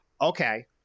okay